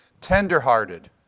tenderhearted